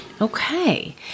okay